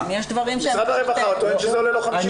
--- משרד הרווחה טוען שזה עולה לו 50 מיליון.